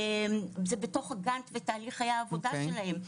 זה בתוך הגנט ותהליך העבודה שלהם.